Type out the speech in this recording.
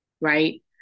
right